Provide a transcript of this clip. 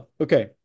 okay